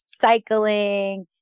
cycling